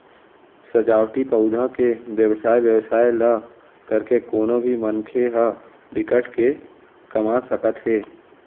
सजावटी पउधा के बेवसाय बेवसाय ल करके कोनो भी मनखे ह बिकट के कमा सकत हे